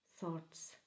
thoughts